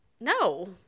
No